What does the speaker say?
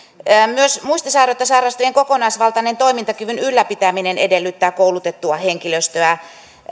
myös muistisairautta sairastavien kokonaisvaltainen toimintakyvyn ylläpitäminen edellyttää koulutettua henkilöstöä